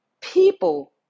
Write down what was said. People